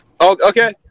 Okay